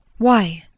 why?